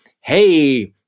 hey